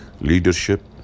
leadership